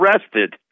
arrested